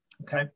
Okay